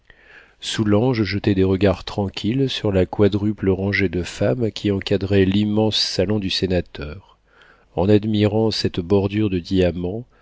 préoccupé soulanges jetait des regards tranquilles sur la quadruple rangée de femmes qui encadrait l'immense salon du sénateur en admirant cette bordure de diamants